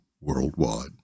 worldwide